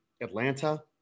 Atlanta